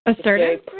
Assertive